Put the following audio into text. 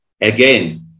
again